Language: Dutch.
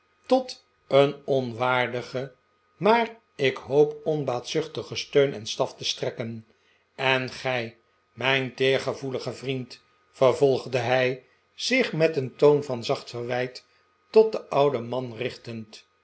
tot een onwaardigen maar ik hoop onbaatzuchtigen steun en'staf te strekken en gij mijn teergevoelige vriend vervolgde hij zich met een toon van zacht verwijt tot den ouden man richtend